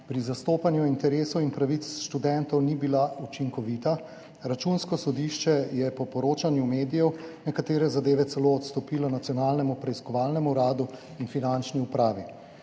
pri zastopanju interesov in pravic študentov ni bila učinkovita, Računsko sodišče je po poročanju medijev nekatere zadeve celo odstopilo Nacionalnemu preiskovalnemu uradu in Finančni upravi.